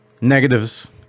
negatives